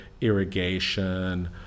irrigation